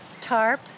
tarp